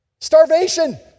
Starvation